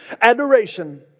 adoration